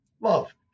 love